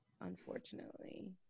unfortunately